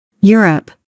Europe